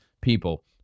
people